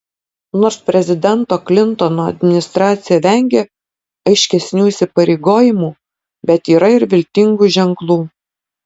nors prezidento klintono administracija vengia aiškesnių įsipareigojimų bet yra ir viltingų ženklų